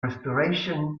restoration